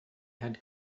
had